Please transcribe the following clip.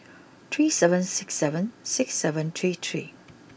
three seven six seven six seven three three